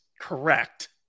Correct